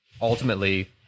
ultimately